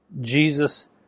Jesus